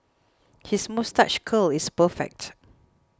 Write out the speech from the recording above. his moustache curl is perfect